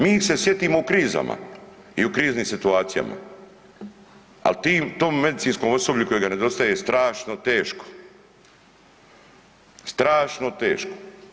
Mi ih se sjetimo u krizama i u kriznim situacijama, al tim, tom medicinskom osoblju kojega nedostaje je strašno teško, strašno teško.